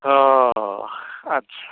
हाँ हाँ अच्छा